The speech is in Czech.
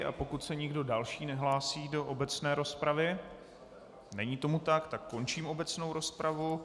A pokud se nikdo další nehlásí do obecné rozpravy, není tomu tak, tak končím obecnou rozpravu.